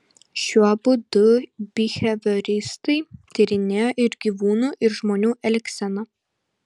šiuo būdu bihevioristai tyrinėjo ir gyvūnų ir žmonių elgseną